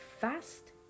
fast